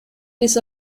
bis